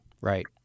Right